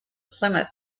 plymouth